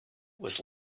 was